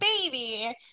baby